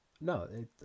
no